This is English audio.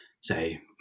say